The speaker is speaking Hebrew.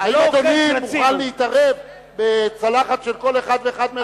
האם אדוני מוכן להתערב בצלחת של כל אחד ואחד מאזרחי ישראל?